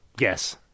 yes